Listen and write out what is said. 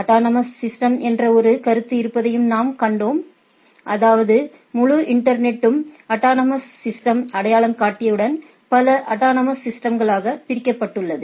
autonomous systems என்ற ஒரு கருத்து இருப்பதையும் நாம் கண்டோம் அதாவது முழு இன்டர்நெட்டும் அட்டானமஸ் சிஸ்டம் அடையாளங்காட்டியுடன் பல அட்டானமஸ் சிஸ்டம்களாக பிரிக்கப்பட்டுள்ளது